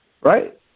right